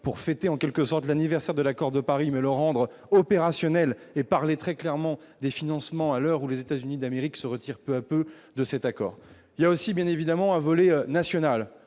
pour fêter en quelque sorte l'anniversaire de l'accord de Paris mais le rendre opérationnel et parler très clairement des financements à l'heure où les États-Unis d'Amérique se retire peu à peu de cet accord, il y a aussi bien évidemment à voler national